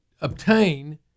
obtain